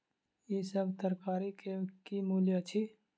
ई सभ तरकारी के की मूल्य अछि?